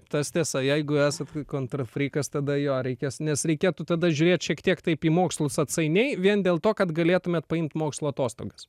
tas tiesa jeigu esat kontrafrykas tada jo reikės nes reikėtų tada žiūrėt šiek tiek taip į mokslus atsainiai vien dėl to kad galėtumėt paimt mokslo atostogas